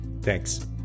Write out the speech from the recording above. Thanks